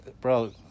bro